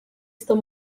estou